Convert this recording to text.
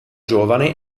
giovane